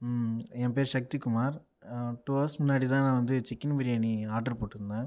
என் பேர் Sakthikumar two hours முன்னாடி தான் நான் வந்து சிக்கன் பிரியாணி ஆர்டர் போட்டிருந்தேன்